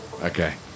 Okay